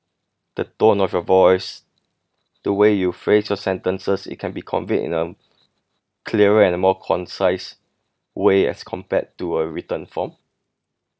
the tone of your voice the way you phrase your sentences it can be conveyed in a clearer and more concise way as compared to a written form